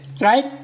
right